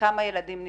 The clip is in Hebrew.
- כמה ילדים נפגעו.